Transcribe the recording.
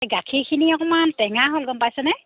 এই গাখীৰখিনি অকণমান টেঙা হ'ল গম পাইছেনে